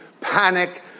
panic